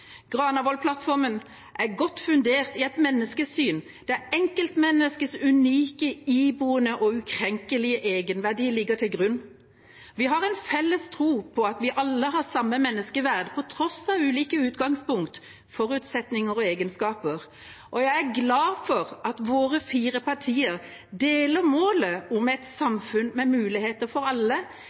Granavolden-plattformen er godt fundert i et menneskesyn der enkeltmenneskets unike iboende og ukrenkelige egenverdi ligger til grunn. Vi har en felles tro på at vi alle har samme menneskeverd, på tross av ulike utgangspunkt, forutsetninger og egenskaper. Jeg er glad for at våre fire partier deler målet om et samfunn med muligheter for alle,